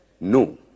no